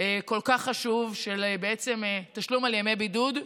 כל כך חשוב של תשלום על ימי בידוד.